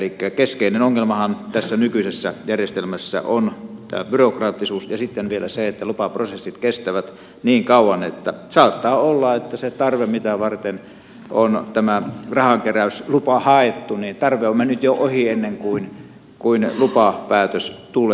elikkä keskeinen ongelmahan tässä nykyisessä järjestelmässä on tämä byrokraattisuus ja sitten vielä se että lupaprosessit kestävät niin kauan että saattaa olla että se tarve mitä varten on tämä rahankeräyslupa haettu on mennyt jo ohi ennen kuin lupapäätös tulee